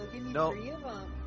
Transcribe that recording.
No